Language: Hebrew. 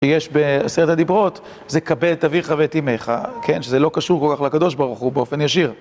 שיש בעשרת הדיברות, זה כבד את אביך ואת אימך, כן, שזה לא קשור כל כך לקדוש ברוך הוא באופן ישיר.